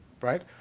right